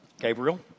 Gabriel